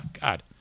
God